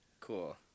Cool